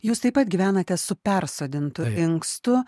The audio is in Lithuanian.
jūs taip pat gyvenate su persodintu inkstu